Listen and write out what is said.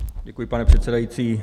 Děkuji, pane předsedající.